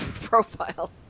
profile